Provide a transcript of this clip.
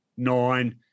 Nine